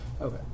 Okay